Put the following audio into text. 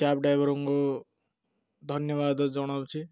cab ଡ୍ରାଇଭରଙ୍କୁ ଧନ୍ୟବାଦ ଜଣାଉଛି